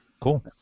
Cool